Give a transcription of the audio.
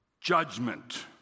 judgment